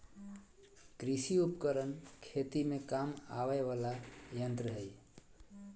कृषि उपकरण खेती में काम आवय वला यंत्र हई